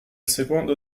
secondo